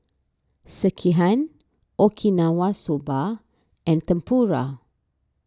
Sekihan Okinawa Soba and Tempura